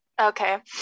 Okay